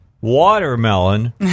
watermelon